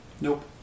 Nope